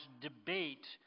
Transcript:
debate